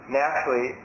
naturally